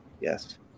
Yes